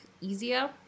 easier